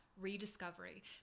Rediscovery